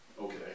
Okay